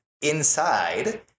inside